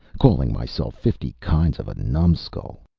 calling myself fifty kinds of a numbskull.